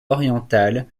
orientale